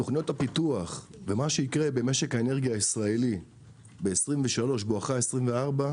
תוכניות הפיתוח ומה שיקרה במשק האנרגיה הישראלי ב-2023 בואכה 2024,